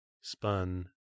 spun